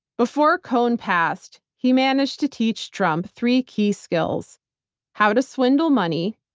before cohn passed, he managed to teach trump three key skills how to swindle money,